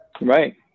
right